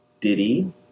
diddy